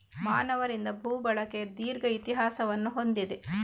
ಮಾನವರಿಂದ ಭೂ ಬಳಕೆ ದೀರ್ಘ ಇತಿಹಾಸವನ್ನು ಹೊಂದಿದೆ